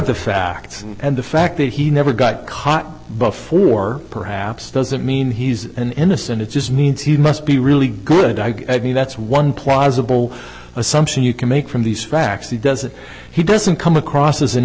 the facts and the fact that he never got caught before perhaps doesn't mean he's an innocent it just means he must be really good i mean that's one plausible assumption you can make from these facts he doesn't he doesn't come across as an